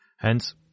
Hence